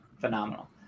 phenomenal